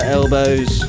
elbows